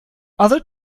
other